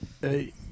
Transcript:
Hey